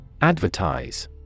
Advertise